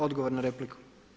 Odgovor na repliku.